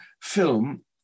film